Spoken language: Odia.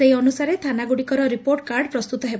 ସେହି ଅନୁସାରେ ଥାନାଗୁଡ଼ିକର ରିପୋର୍ଟ କାର୍ଡ ପ୍ରସ୍ତୁତ ହେବ